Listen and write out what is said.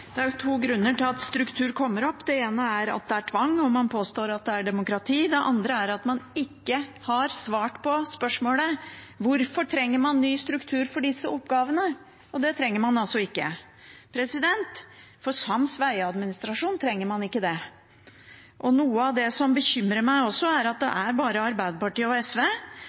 Det er to grunner til at struktur kommer opp. Det ene er at det er tvang, og man påstår at det er demokrati. Det andre er at man ikke har svart på spørsmålet: Hvorfor trenger man ny struktur for disse oppgavene? Det trenger man altså ikke. For sams vegadministrasjon trenger man ikke det. Noe av det som bekymrer meg også, er at det bare er Arbeiderpartiet og SV